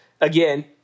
again